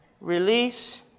release